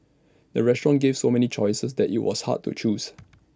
the restaurant gave so many choices that IT was hard to choose